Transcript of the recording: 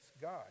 God